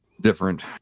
different